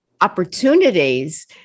opportunities